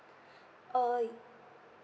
uh